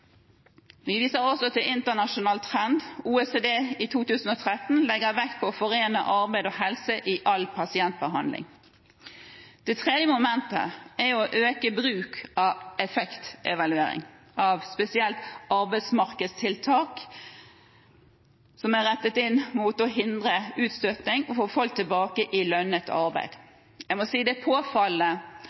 Vi viser også til en internasjonal trend. OECD legger i 2013 vekt på å forene arbeid og helse i all pasientbehandling. Det tredje momentet er å øke bruk av effektevaluering av arbeidsmarkedstiltak, spesielt de som er rettet inn mot å hindre utstøting og å få folk tilbake i lønnet arbeid. Jeg må si det